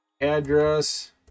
address